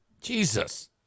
Jesus